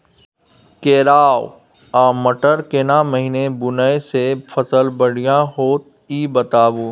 केराव आ मटर केना महिना बुनय से फसल बढ़िया होत ई बताबू?